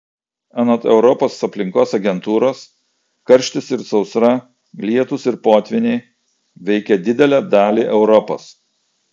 anot europos aplinkos agentūros karštis ir sausra lietūs ir potvyniai veikia didelę dalį europos